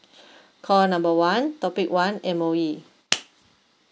call number one topic one M_O_E